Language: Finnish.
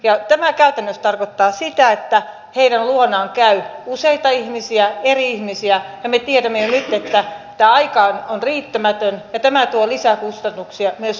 ja tämä käytännössä tarkoittaa sitä että heidän luonaan käy useita ihmisiä eri ihmisiä ja me tiedämme jo nyt että tämä aika on riittämätön ja tämä tuo lisäkustannuksia myös kunnille